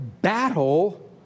battle